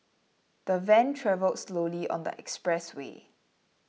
the van travelled slowly on the expressway